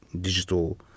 digital